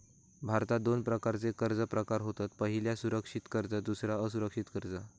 भारतात दोन प्रकारचे कर्ज प्रकार होत पह्यला सुरक्षित कर्ज दुसरा असुरक्षित कर्ज